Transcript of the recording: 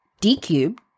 D-cubed